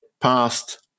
past